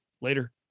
later